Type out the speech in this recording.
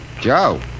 Joe